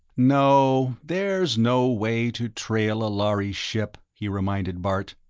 no. there's no way to trail a lhari ship, he reminded bart.